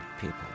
people